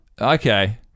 Okay